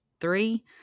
three